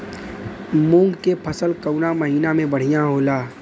मुँग के फसल कउना महिना में बढ़ियां होला?